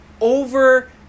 over